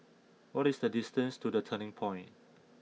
what is the distance to The Turning Point